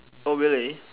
oh really